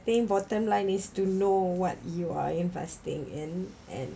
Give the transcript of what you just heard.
think bottom line is to know what you are investing in and